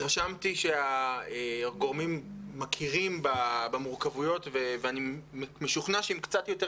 התרשמתי שהגורמים מכירים במורכבות ואני משוכנע שעם קצת יותר